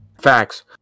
Facts